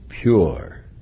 pure